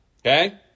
Okay